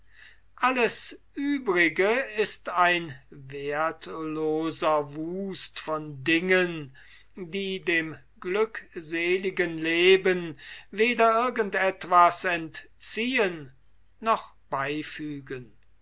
alles uebrige ist ein werthloser wust von dingen die dem glückseligen leben weder irgend etwas entziehen noch beifügen